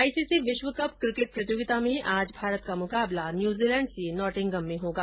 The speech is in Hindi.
आईसीसी विश्वकप किकेट प्रतियोगिता में आज भारत का मुकाबला न्यूजीलैण्ड से नॉटिंघम में होगा